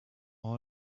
all